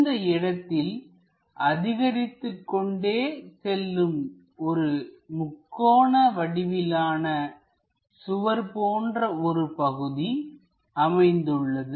இந்த இடத்தில் அதிகரித்துக் கொண்டே செல்லும் ஒரு முக்கோண வடிவிலான சுவர் போன்ற ஒரு பகுதி அமைந்துள்ளது